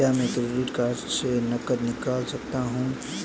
क्या मैं credit card से नकद निकाल सकता हूँ?